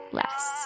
less